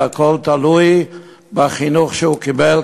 זה הכול תלוי בחינוך שהוא קיבל,